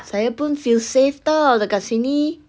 saya pun feel safe tahu dekat sini